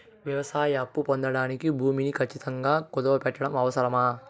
వ్యవసాయ అప్పు పొందడానికి భూమిని ఖచ్చితంగా కుదువు పెట్టడం అవసరమా?